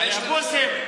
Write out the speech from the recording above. היבוסים,